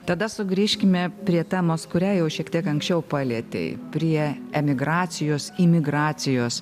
tada sugrįžkime prie temos kurią jau šiek tiek anksčiau palietei prie emigracijos imigracijos